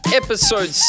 episode